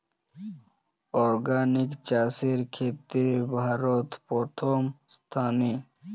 organic চাষের ক্ষেত্রে ভারত প্রথম স্থানে